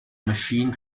machine